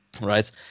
right